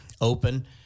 open